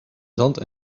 zand